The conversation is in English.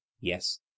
Yes